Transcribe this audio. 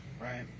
Right